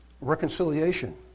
reconciliation